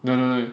no no no